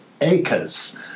acres